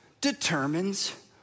determines